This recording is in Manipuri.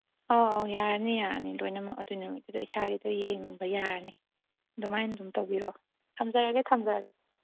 ꯑꯣ ꯑꯣ ꯌꯥꯔꯅꯤ ꯌꯥꯔꯅꯤ ꯂꯣꯏꯅꯃꯛ ꯑꯗꯨ ꯅꯨꯃꯤꯠꯇꯨꯗ ꯏꯁꯥꯒꯤꯗ ꯌꯦꯡꯕ ꯌꯥꯔꯅꯤ ꯑꯗꯨꯃꯥꯏꯅ ꯑꯗꯨꯝ ꯇꯧꯕꯤꯔꯣ ꯊꯝꯖꯔꯒꯦ ꯊꯝꯖꯔꯒꯦ